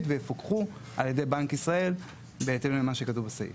ויפוקחו על ידי בנק ישראל בהתאם למה שכתוב בסעיף.